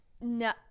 no